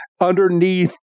underneath